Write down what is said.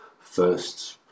first